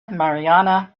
mariana